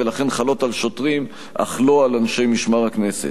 ולכן הן חלות על שוטרים אך לא על אנשי משמר הכנסת.